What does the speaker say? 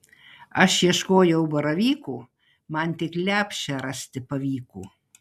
aš ieškojau baravyko man tik lepšę rasti pavyko